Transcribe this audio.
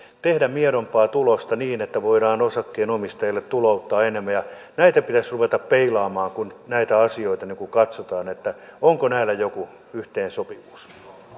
tehdä miedompaa tulosta niin että voidaan osakkeenomistajille tulouttaa enemmän näitä pitäisi ruveta peilaamaan kun näitä asioita katsotaan että onko näillä joku yhteensopivuus